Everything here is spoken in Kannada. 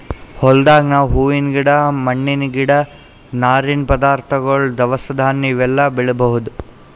ಹೊಲ್ದಾಗ್ ನಾವ್ ಹೂವಿನ್ ಗಿಡ ಹಣ್ಣಿನ್ ಗಿಡ ನಾರಿನ್ ಪದಾರ್ಥಗೊಳ್ ದವಸ ಧಾನ್ಯ ಇವೆಲ್ಲಾ ಬೆಳಿಬಹುದ್